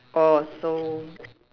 orh so